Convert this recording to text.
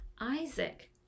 Isaac